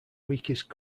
weakest